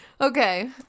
Okay